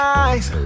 eyes